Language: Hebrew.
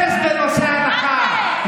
אפס בנושא הלכה.